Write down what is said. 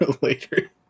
later